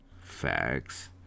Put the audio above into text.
Facts